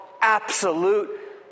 Absolute